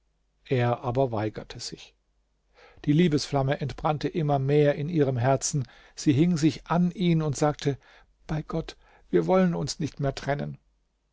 er aber weigerte sich die liebesflamme entbrannte immer mehr in ihrem herzen sie hing sich an ihn und sagte bei gott wir wollen uns nicht mehr trennen